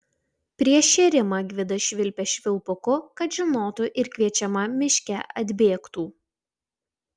prieš šėrimą gvidas švilpė švilpuku kad žinotų ir kviečiama miške atbėgtų